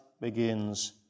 begins